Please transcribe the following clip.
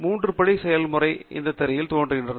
மூன்று படி செயல்முறை இந்த திரையில் ஷாட் காட்டப்பட்டது